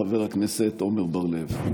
חבר הכנסת עמר בר לב.